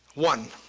one,